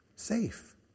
Safe